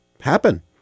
happen